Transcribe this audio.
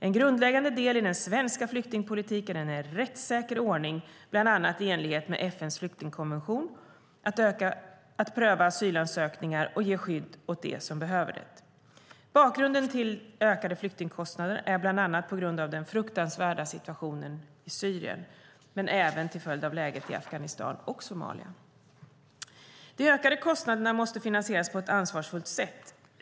En grundläggande del i den svenska flyktingpolitiken är en rättssäker ordning, bland annat i enlighet med FN:s flyktingkonvention, för att pröva asylansökningar och ge skydd åt dem som behöver det. Bakgrunden till ökade flyktingkostnader är bland annat den fruktansvärda situationen i Syrien, men även läget i Afghanistan och Somalia. De ökade kostnaderna måste finansieras på ett ansvarsfullt sätt.